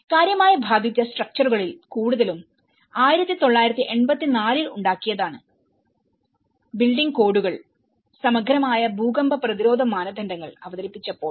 കാര്യമായി ബാധിച്ച സ്ട്രക്ച്ചറുകളിൽ കൂടുതലും 1984 ൽ ഉണ്ടാക്കിയതാണ്ബിൽഡിംഗ് കോഡുകൾ സമഗ്രമായ ഭൂകമ്പ പ്രതിരോധ മാനദണ്ഡങ്ങൾ അവതരിപ്പിച്ചപ്പോൾ